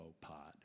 pot